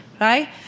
right